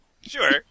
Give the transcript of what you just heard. Sure